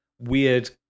weird